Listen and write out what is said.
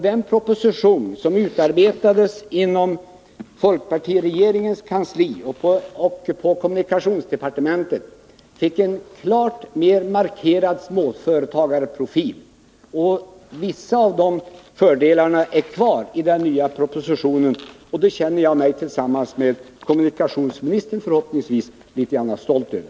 Den proposition som utarbetades i kommunikationsdepartementet under folkpartiregeringens tid fick en mer klart markerad småföretagarprofil. Vissa av de fördelar som då uppnåddes finns kvar i den nya propositionen. Det känner jag mig — förhoppningsvis tillsammans med kommunikationsministern — litet stolt över.